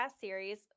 series